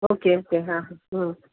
okay okay हां हां हां